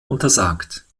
untersagt